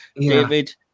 david